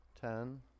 Ten